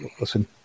listen